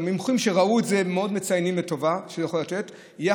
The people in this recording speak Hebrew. והמומחים שראו את זה מציינים מאוד לטובה אותו ואת מה שהוא יכול לתת,